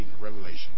Revelation